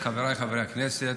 חבריי חברי הכנסת,